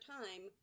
time